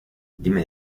dime